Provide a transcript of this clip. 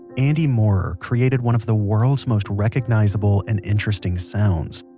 andy moorer created one of the world's most recognizable and interesting sounds.